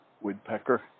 woodpecker